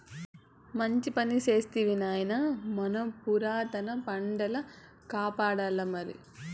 మంచి పని చేస్తివి నాయనా మన పురాతన పంటల కాపాడాల్లమరి